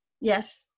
Yes